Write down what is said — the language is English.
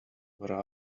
where